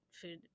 Food